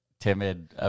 timid